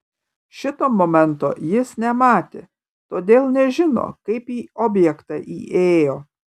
šito momento jis nematė todėl nežino kaip į objektą įėjo